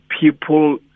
people